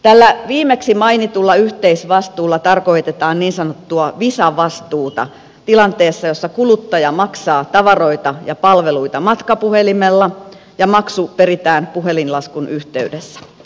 tällä viimeksi mainitulla yhteisvastuulla tarkoitetaan niin sanottua visa vastuuta tilanteessa jossa kuluttaja maksaa tavaroita ja palveluita matkapuhelimella ja maksu peritään puhelinlaskun yhteydessä